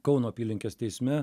kauno apylinkės teisme